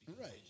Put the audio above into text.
Right